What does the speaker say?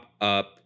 up